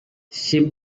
ship